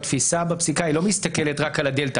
התפיסה בפסיקה היא לא מסתכלת רק על הדלתא.